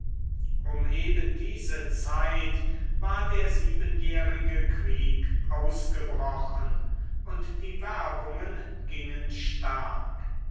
um eben diese zeit war der siebenjährige krieg ausgebrochen und die werbungen gingen stark